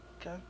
Okay